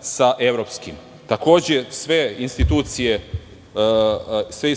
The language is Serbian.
sa evropskim. Takođe, sve